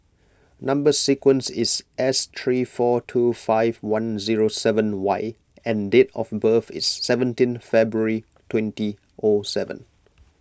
Number Sequence is S three four two five one zero seven Y and date of birth is seventeen February twenty O seven